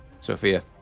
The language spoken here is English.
Sophia